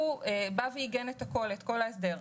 הוא עיגן את כל ההסדר.